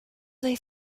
they